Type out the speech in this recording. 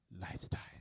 lifestyle